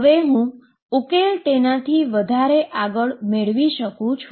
હવે હું ઉકેલ તેનાથી વધારે ઉકેલ મેળવી શકુ છું